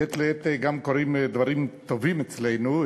מעת לעת גם קורים דברים טובים אצלנו,